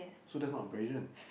so that's not abrasion